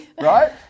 right